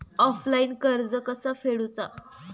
Offline कर्ज कसा फेडूचा?